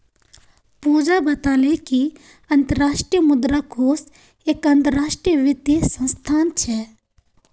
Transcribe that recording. पूजा बताले कि अंतर्राष्ट्रीय मुद्रा कोष एक अंतरराष्ट्रीय वित्तीय संस्थान छे